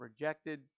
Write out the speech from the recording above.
rejected